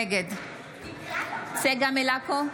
נגד צגה מלקו,